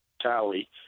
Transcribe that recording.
tally